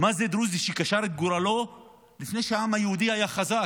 שקשר את גורלו לפני שהעם היהודי היה חזק.